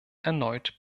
erneut